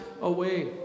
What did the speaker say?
away